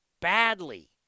badly